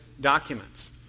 documents